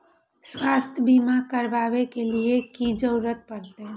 स्वास्थ्य बीमा करबाब के लीये की करै परतै?